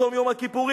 צום יום הכיפורים,